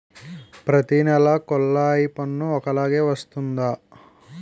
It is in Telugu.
ప్రతి నెల కొల్లాయి పన్ను ఒకలాగే వస్తుందా?